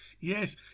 yes